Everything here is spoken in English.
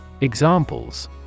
Examples